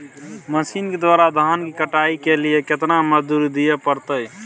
Machine के द्वारा धान की कटाइ के लिये केतना मजदूरी दिये परतय?